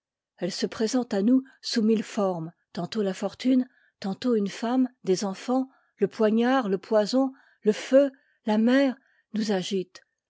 eiie se présente à nous sous milleformes k tantôt la fortune tantôt une femme des enfants le poignard le poison le feu la mer nous agitent